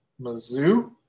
Mizzou